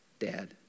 dad